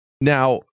Now